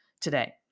today